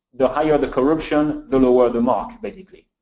the higher the corruption, the lower the mark, basically.